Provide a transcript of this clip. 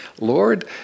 Lord